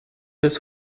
bis